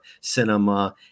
cinema